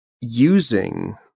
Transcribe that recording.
using